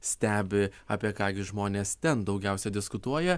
stebi apie ką gi žmonės ten daugiausiai diskutuoja